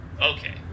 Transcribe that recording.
okay